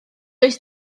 does